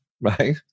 right